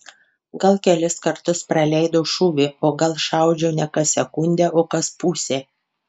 gal kelis kartus praleidau šūvį o gal šaudžiau ne kas sekundę o kas pusę